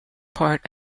part